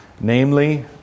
namely